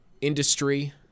industry